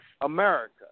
America